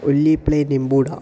Ollie play Nimbooda